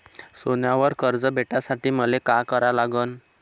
सोन्यावर कर्ज भेटासाठी मले का करा लागन?